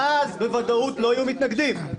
ואז בוודאות לא יהיו מתנגדים.